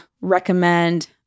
recommend